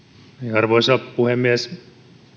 arvoisa puhemies